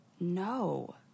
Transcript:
No